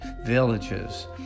villages